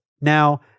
Now